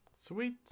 Sweet